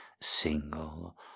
single